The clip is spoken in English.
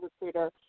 recruiter